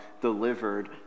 delivered